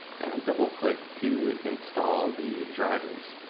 and double-click to install the drivers.